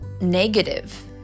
negative